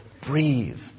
Breathe